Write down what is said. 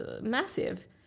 massive